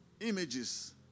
images